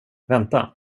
vänta